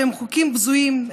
הם חוקים בזויים,